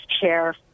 chair